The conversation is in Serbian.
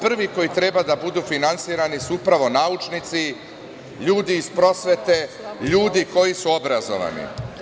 Prvi koji treba da budu finansirani su upravo naučnici, ljudi iz prosvete, ljudi koji su obrazovani.